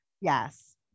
yes